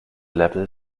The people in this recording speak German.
level